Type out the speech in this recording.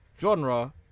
genre